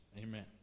Amen